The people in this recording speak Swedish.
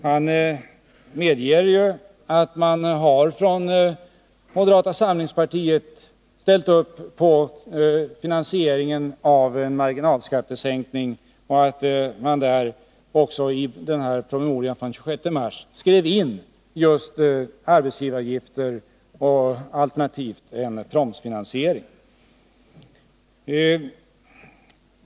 Han medger att moderata samlingspartiet har ställt upp bakom finansieringen av en marginalskattesänkning, och att man i promemorian från den 26 mars också skrev in arbetsgivaravgifter alternativt en promsfinansiering.